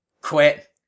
Quit